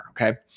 okay